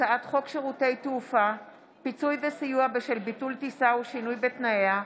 הצעת חוק שירותי תעופה (פיצוי וסיוע בשל ביטול טיסה ושינוי בתנאיה)